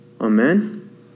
Amen